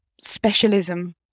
specialism